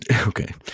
Okay